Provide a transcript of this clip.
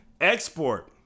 Export